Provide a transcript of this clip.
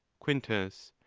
quintus.